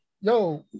yo